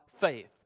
faith